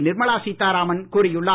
நிர்லா சீதாராமன் கூறியுள்ளார்